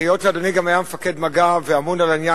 היות שאדוני היה גם מפקד מג"ב ואמון על העניין